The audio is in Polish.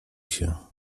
się